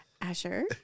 Asher